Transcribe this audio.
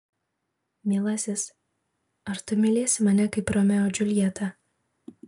mielasis ar tu mylėsi mane kaip romeo džiuljetą